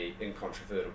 incontrovertible